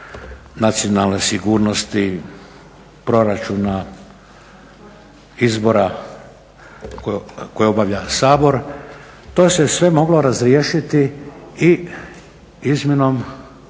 nacionalne sigurnosti, proračuna, izbora koje obavlja Sabor. To se sve moglo razriješiti i izmjenom